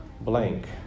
blank